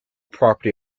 property